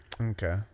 Okay